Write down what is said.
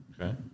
Okay